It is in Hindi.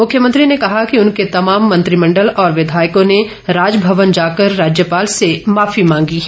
मुख्यमंत्री ने कहा कि उनके तमाम मंत्रिमण्डल और विधायकों ने राजभवन जाकर राज्यपाल से माफी मांगी है